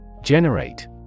Generate